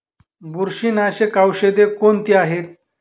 बुरशीनाशक औषधे कोणती आहेत?